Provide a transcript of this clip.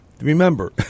remember